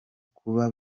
kuba